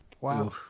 wow